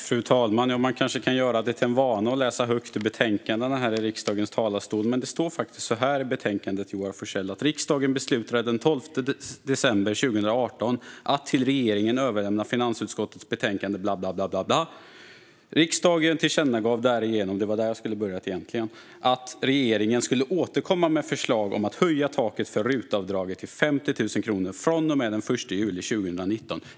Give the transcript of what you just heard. Fru talman! Man kanske kan göra det till en vana att läsa högt ur betänkandena från riksdagens talarstol. Det står såhär i betänkandet, Joar Forssell: "Riksdagen beslutade den 12 december 2018 att till regeringen överlämna finansutskottets betänkande. - Riksdagen tillkännagav därigenom att regeringen skulle återkomma med förslag om att höja taket för RUT-avdraget till 50 000 kronor fr.o.m. den 1 juli 2019."